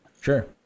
Sure